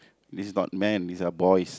is not man is a boy